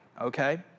okay